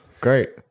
great